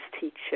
teacher